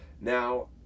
Now